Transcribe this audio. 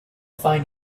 find